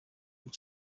gihe